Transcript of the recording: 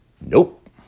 Nope